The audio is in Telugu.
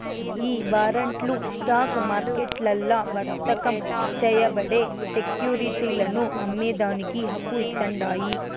ఈ వారంట్లు స్టాక్ మార్కెట్లల్ల వర్తకం చేయబడే సెక్యురిటీలను అమ్మేదానికి హక్కు ఇస్తాండాయి